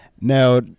Now